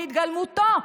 זה הגיהינום בהתגלמותו.